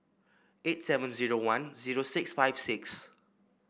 eight seven zero one zero six five six